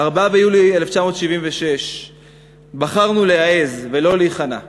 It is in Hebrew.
ב-4 ביולי 1976 בחרנו להעז ולא להיכנע,